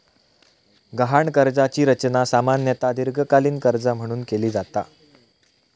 गहाण कर्जाची रचना सामान्यतः दीर्घकालीन कर्जा म्हणून केली जाता